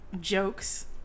Jokes